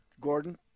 Gordon